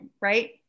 right